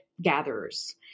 Gatherers